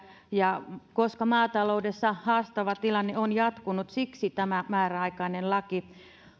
koska maataloudessa haastava tilanne on jatkunut siksi on tämä määräaikainen laki